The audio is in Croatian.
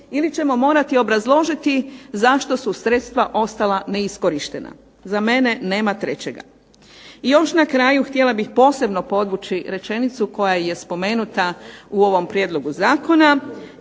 ili ćemo morati obrazložiti zašto su sredstva ostala neiskorištena, za mene nema trećega. Još na kraju htjela bih posebno podvući rečenicu koja je spomenuta u ovom prijedlogu zakona.